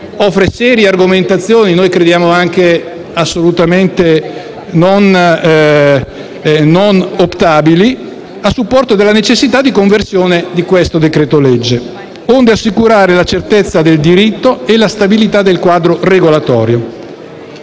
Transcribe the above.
offre serie argomentazioni - noi crediamo anche assolutamente non optabili - a supporto della necessità di conversione di questo decreto-legge, onde assicurare la certezza del diritto e la stabilità del quadro regolatorio.